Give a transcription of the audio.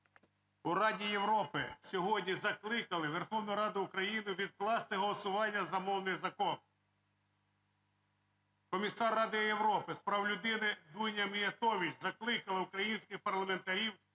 У Раді Європи сьогодні закликали Верховну Раду України відкласти голосування за мовний закон. Комісар Ради Європи з прав людини Дуня Міятович закликала українських парламентарів